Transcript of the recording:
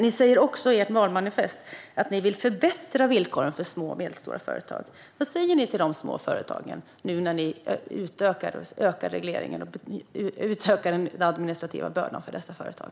Ni säger i ert valmanifest att ni vill förbättra villkoren för små och medelstora företag. Vad säger ni till de små företagen nu när ni ökar regleringen och den administrativa bördan för dessa företag?